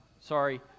Sorry